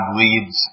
leads